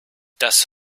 das